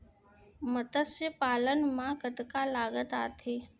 मतस्य पालन मा कतका लागत आथे?